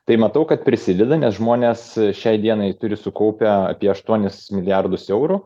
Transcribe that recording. tai matau kad prisideda nes žmonės šiai dienai turi sukaupę apie aštuonis milijardus eurų